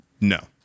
No